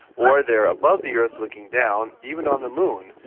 or they are above the earth looking down. even on the moon,